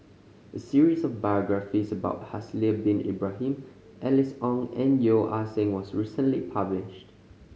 a series of biographies about Haslir Bin Ibrahim Alice Ong and Yeo Ah Seng was recently published